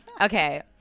Okay